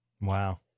Wow